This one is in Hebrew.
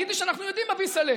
יידיש אנחנו יודעים א-ביסעלע.